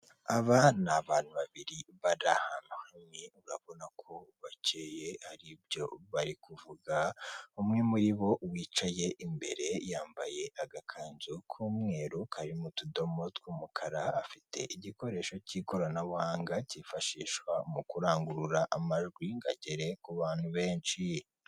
Aba ni abantu babiri bari hamwe, urabona ko bakeye Haribyo bari kuvuga. umwe muri bo wicaye imbere yambaye agakanzu k'umweru, karirimo utudomo tw'umukara. Afite igikoresho cy'ikoranabuhanga cyifashishwa mu kurangurura amajwi ngo agere ku bantu benshi.